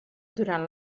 durant